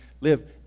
live